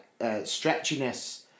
stretchiness